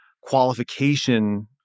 qualification